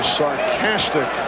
sarcastic